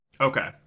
okay